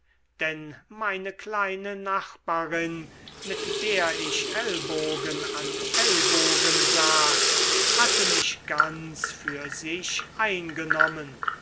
denn meine kleine nachbarin mit der ich ellbogen an ellbogen saß hatte mich ganz für sich eingenommen